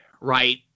right